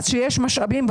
אז כשיש משאבים,